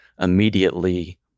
immediately